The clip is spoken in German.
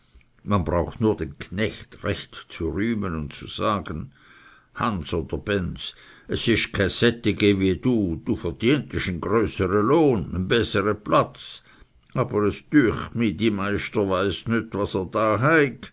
man braucht nur den knecht recht zu rühmen und zu sagen hans oder benz es isch ke settige wie du du verdientist e größere lohn e bessere platz aber es düecht mi dy